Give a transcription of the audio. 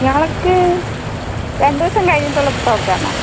ഞങ്ങൾക്ക് രണ്ട് ദിവസം കഴിഞ്ഞിട്ടുള്ള പ്രോഗ്രാമാണ്